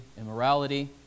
immorality